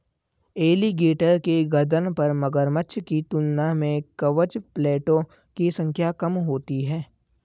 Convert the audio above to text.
alligator के गर्दन पर मगरमच्छ की तुलना में कवच प्लेटो की संख्या कम होती है